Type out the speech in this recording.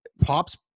Pops